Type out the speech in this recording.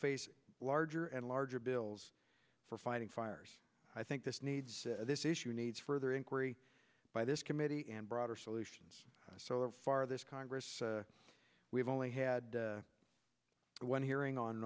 face larger and larger bills for fighting fires i think this needs this issue needs further inquiry by this committee and broader solutions so far this congress we've only had one hearing on